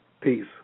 Peace